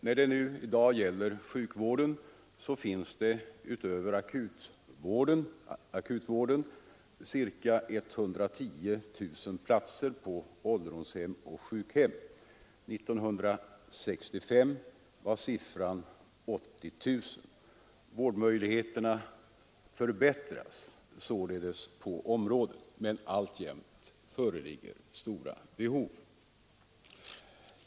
När det i dag gäller sjukvården så finns det utöver akutvården ca 110 000 platser på ålderdomshem och sjukhem. År 1965 var siffran 80 000. Vårdmöjligheterna förbättras sålunda på området, men alltjämt föreligger stora behov.